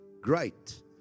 great